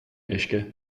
uisce